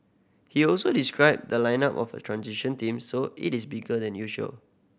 he also described the lineup as a transition team so it is bigger than usual